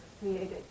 created